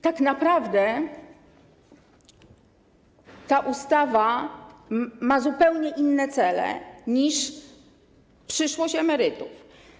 Tak naprawdę ta ustawa ma zupełnie inne cele niż przyszłość emerytów.